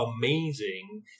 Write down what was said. Amazing